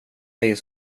dig